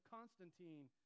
Constantine